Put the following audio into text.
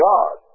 God